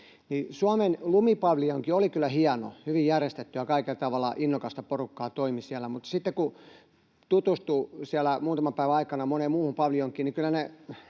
Suomen lumipaviljonki oli kyllä hieno, hyvin järjestetty, ja kaikella tavalla innokasta porukkaa toimi siellä, mutta sitten kun tutustui siellä muutaman päivän aikana moneen muuhun paviljonkiin, niin kyllä